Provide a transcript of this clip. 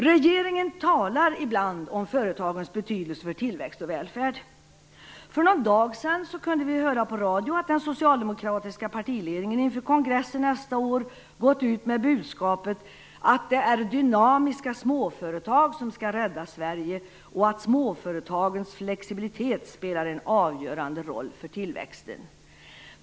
Regeringen talar ibland om företagens betydelse för tillväxt och välfärd. För någon dag sedan kunde vi höra på radio att den socialdemokratiska partiledningen inför kongressen nästa år gått ut med budskapet att det är "dynamiska småföretag som ska rädda Sverige" och att "småföretagens flexibilitet spelar en avgörande roll för tillväxten".